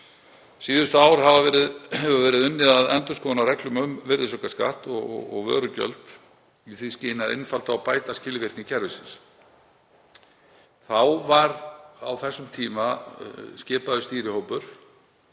Síðustu ár hefur verið unnið að endurskoðun á reglum um virðisaukaskatt og vörugjöld í því skyni að einfalda og bæta skilvirkni kerfisins.“ Á þessum tíma var skipaður stýrihópur